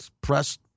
press